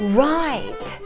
right